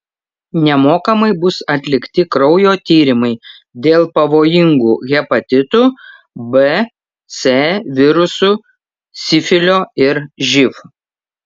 nemokamai bus atlikti kraujo tyrimai dėl pavojingų hepatitų b c virusų sifilio ir živ